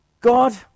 God